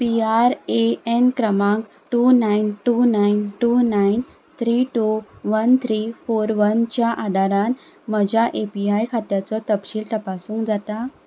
PRAN क्रमांक two nine two nine three two one three four वनच्या आदारान म्हज्या एपीव्हाय खात्याचो तपशील तपासूंक जाता